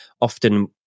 often